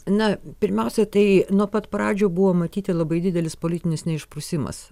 na pirmiausia tai nuo pat pradžių buvo matyti labai didelis politinis neišprusimas